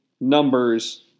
numbers